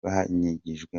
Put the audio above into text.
byangijwe